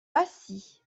acy